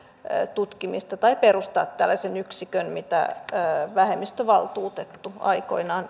tutkimista tai perustaa tällaisen yksikön mitä vähemmistövaltuutettu aikoinaan